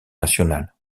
national